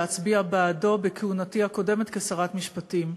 להצביע בעדו בכהונתי הקודמת כשרת המשפטים.